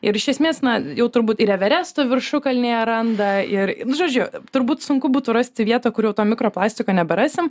ir iš esmės na jau turbūt ir everesto viršukalnėje randa ir žodžiu turbūt sunku būtų rasti vietą kuri jau to mikropaistiko neberasim